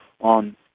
on